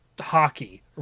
hockey